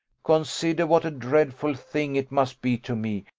consider what a dreadful thing it must be to me,